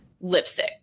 lipstick